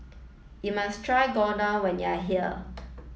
you must try Gyudon when you are here